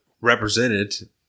represented